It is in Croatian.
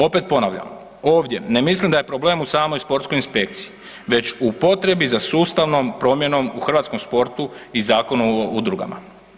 Opet ponavljam, ovdje ne mislim da je problem u samoj sportskoj inspekciji već u potrebi za sustavnom promjenom u hrvatskom sportu i Zakonu o udrugama.